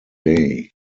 day